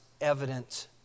evident